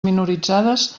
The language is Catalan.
minoritzades